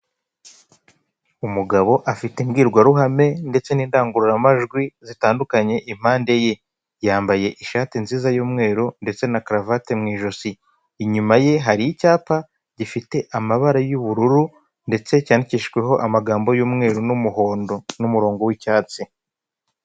Umugabo afite imbwirwaruhame ndetse n'indangururamajwi zitandukanye impande ye. Yambaye ishati nziza y'umweru ndetse na karuvate mu ijosi. Inyuma ye hari icyapa gifite amabara y'ubururu ndetse cyandikishijweho amagambo y'umweru n'umuhondo n'umurongo w'icyatsi.